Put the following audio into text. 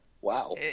wow